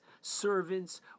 servants